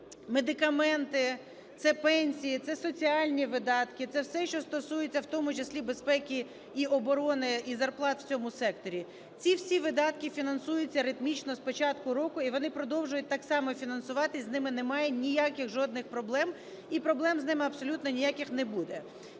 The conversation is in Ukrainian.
це медикаменти, це пенсії, це соціальні видатки, це все, що стосується в тому числі безпеки і оборони, і зарплат в цьому секторі. Ці всі видатки фінансуються ритмічно з початку року і вони продовжують так само фінансуватися, з ними немає ніяких жодних проблем і проблем з ними абсолютно ніяких не буде.